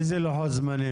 איזה לוחות זמנים?